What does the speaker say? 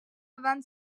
avant